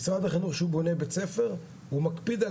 משרד החינוך כשהוא בונה בית-ספר הוא מקפיד על